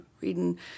reading